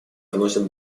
вносит